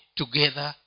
together